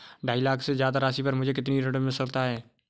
ढाई लाख से ज्यादा राशि पर मुझे कितना ऋण मिल सकता है?